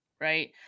right